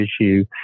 issue